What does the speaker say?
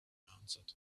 answered